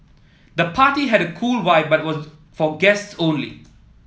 the party had a cool vibe but was for guests only